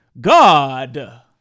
God